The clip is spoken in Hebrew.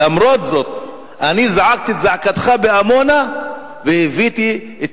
למרות זאת אני זעקתי את זעקתך בעמונה והבאתי את